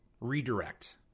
redirect